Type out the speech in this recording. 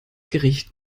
gericht